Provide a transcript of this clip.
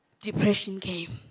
depression came